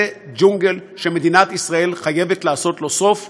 זה ג'ונגל שמדינת ישראל חייבת לעשות לו סוף עכשיו.